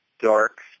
dark